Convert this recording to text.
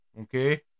Okay